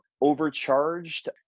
overcharged